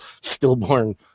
stillborn